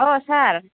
sir